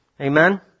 Amen